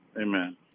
Amen